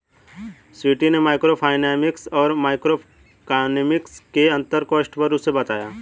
स्वीटी ने मैक्रोइकॉनॉमिक्स और माइक्रोइकॉनॉमिक्स के अन्तर को स्पष्ट रूप से बताया